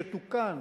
שתוקן